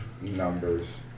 Numbers